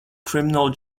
criminal